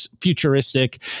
futuristic